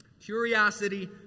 Curiosity